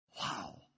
Wow